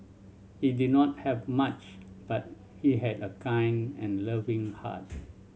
he did not have much but he had a kind and loving heart